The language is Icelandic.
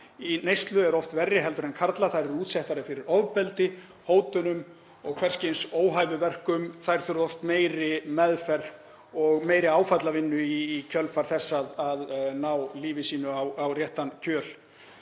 í neyslu er oft verri en karla. Þær eru útsettari fyrir ofbeldi, hótunum og hvers kyns óhæfuverkum. Þær þurfa oft meiri meðferð og meiri áfallavinnu í kjölfar þess að ná lífi sínu á réttan kjöl.